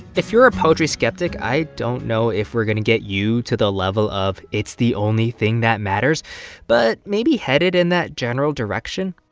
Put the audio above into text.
if you're a poetry skeptic, i don't know if we're going to get you to the level of it's the only thing that matters but maybe headed in that general direction.